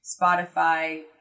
Spotify